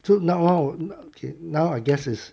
so now how now okay I guess is